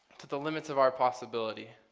to the limits of our possibility.